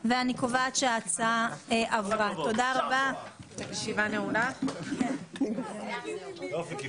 הצבעה החוק יידון בוועדת החינוך, התרבות והספורט.